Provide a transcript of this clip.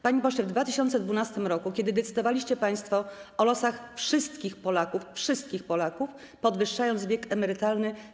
Panie pośle, w 2012 r., kiedy decydowaliście państwo o losach wszystkich Polaków, wszystkich Polaków, podwyższając wiek emerytalny.